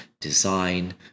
design